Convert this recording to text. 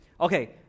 okay